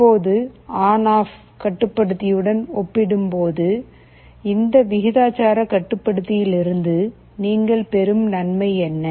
இப்போது on off கட்டுப்படுத்தியுடன் ஒப்பிடும்போது இந்த விகிதாசார கட்டுப்படுத்தியிலிருந்து நீங்கள் பெறும் நன்மை என்ன